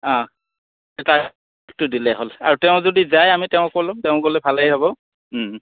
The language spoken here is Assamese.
অঁ তাৰটো দিলেই হ'ল আৰু তেওঁ যদি যায় আমি তেওঁকো ল'ম তেওঁ গ'লে ভালেই হ'ব